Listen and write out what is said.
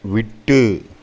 விட்டு